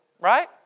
Right